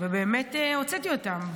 ובאמת הוצאתי אותם.